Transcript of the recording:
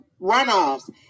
runoffs